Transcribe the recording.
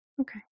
okay